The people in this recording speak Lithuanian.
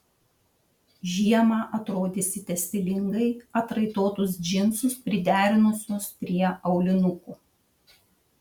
žiemą atrodysite stilingai atraitotus džinsus priderinusios prie aulinukų